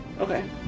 Okay